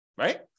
Right